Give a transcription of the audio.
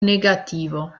negativo